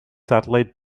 satellite